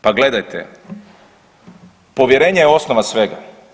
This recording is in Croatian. Pa gledajte, povjerenje je osnova svega.